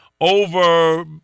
over